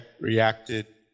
reacted